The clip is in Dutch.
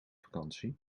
vakantie